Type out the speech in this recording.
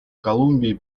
колумбии